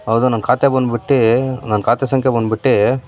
ಹೌದು ನನ್ನ ಖಾತೆ ಬಂದ್ಬಿಟ್ಟು ನನ್ನ ಖಾತೆ ಸಂಖ್ಯೆ ಬಂದ್ಬಿಟ್ಟು